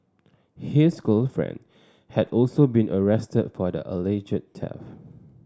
his girlfriend had also been arrested for the alleged